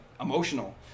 emotional